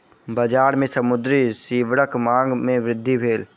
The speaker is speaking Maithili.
बजार में समुद्री सीवरक मांग में वृद्धि भेल